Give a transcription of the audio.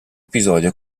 episodio